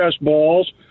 balls